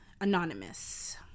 Anonymous